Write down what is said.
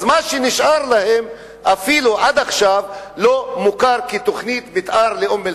אז מה שנשאר להם אפילו עד עכשיו לא מוכר כתוכנית מיתאר לאום-אל-פחם.